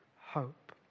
hope